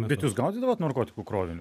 bet jūs gaudydavot narkotikų krovinius